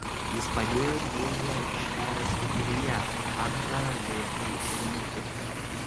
jis padėjo dėžę aikštelės viduryje atdarą lietui rinkti